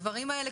הדברים האלה,